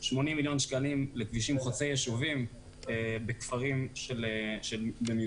80 מיליון שקלים לכבישים חוצי-יישובים בכפרים במיעוטים,